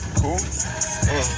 cool